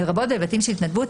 לרבות בהיבטים של התנדבות,